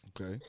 Okay